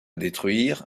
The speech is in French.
détruire